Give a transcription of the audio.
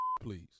please